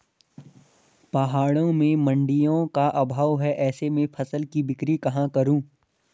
पहाड़ों में मडिंयों का अभाव है ऐसे में फसल की बिक्री कहाँ करूँ?